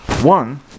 One